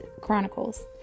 Chronicles